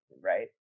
right